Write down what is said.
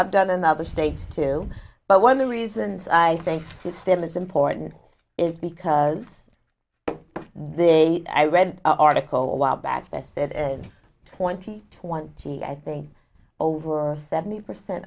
done in other states too but one of the reasons i think system is important is because they i read an article a while back that said and twenty twenty i think over seventy percent